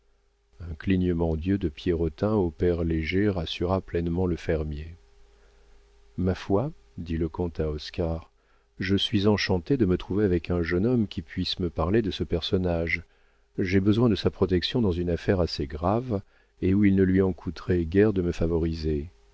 un clignement d'yeux de pierrotin au père léger rassura pleinement le fermier ma foi dit le comte à oscar je suis enchanté de me trouver avec un jeune homme qui puisse me parler de ce personnage j'ai besoin de sa protection dans une affaire assez grave et où il ne lui en coûterait guère de me favoriser